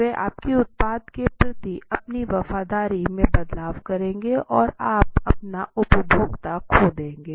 वे आपकी उत्पाद के प्रति अपनी वफादारी में बदलाव करेंगे और आप अपना उपभोक्ता खो देंगे